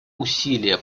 усилия